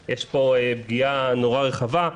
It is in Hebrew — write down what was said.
יש כאן פגיעה נורא רחבה,